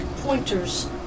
pointers